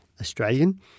Australian